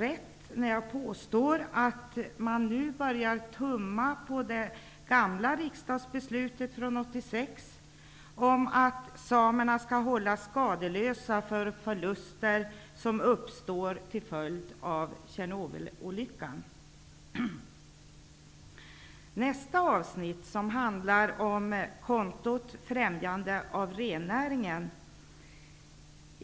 rätt, när jag påstår att man nu börjar tumma på det gamla riksdagsbeslutet från 1986 om att samerna skulle hållas skadeslösa för förluster som uppstår till följd av Tjernobylolyckan? Nästa avsnitt handlar om kontot Främjande av rennäringen.